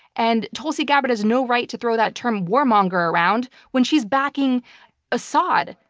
and tulsi gabbard has no right to throw that term warmonger around when she's backing assad.